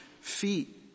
feet